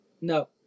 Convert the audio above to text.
No